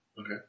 Okay